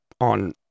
on